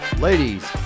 Ladies